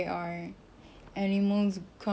oh ya ya